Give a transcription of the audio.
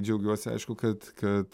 džiaugiuosi aišku kad kad